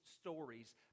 stories